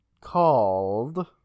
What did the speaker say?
called